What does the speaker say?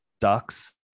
ducks